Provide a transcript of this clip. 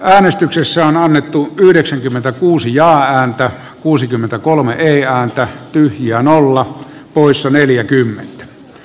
äänestyksessä on annettu yhdeksänkymmentäkuusi ja häntä kuusikymmentäkolme neljä ääntä tyhjään olla poissa neljäkymmentä